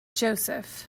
joseph